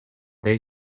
they